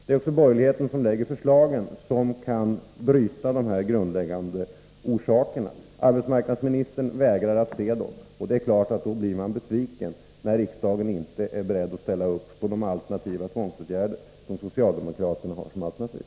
Det är borgerligheten som framlägger de förslag som kan bryta dessa grundläggande orsaker. Arbetsmarknadsministern vägrar att se dem. Det är klart att man blir besviken, när riksdagen inte är beredd att ställa upp på våra alternativ till de tvångsåtgärder som socialdemokraterna har såsom alternativ.